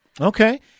Okay